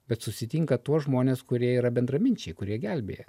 bet susitinka tuos žmones kurie yra bendraminčiai kurie gelbėja